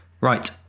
Right